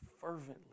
fervently